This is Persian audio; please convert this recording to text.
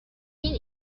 این